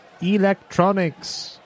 electronics